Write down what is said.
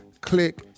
Click